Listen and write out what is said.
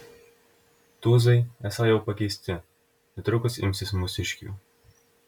tūzai esą jau pakeisti netrukus imsis mūsiškių